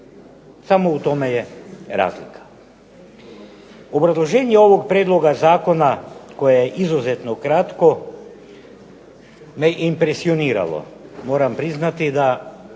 Samo u tome je razlika. Obrazloženje ovog Prijedloga zakona koje je izuzetno kratko me impresioniralo, moram priznati da